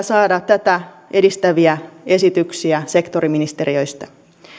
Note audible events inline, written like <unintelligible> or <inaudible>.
<unintelligible> saada tätä edistäviä esityksiä sektoriministeriöistä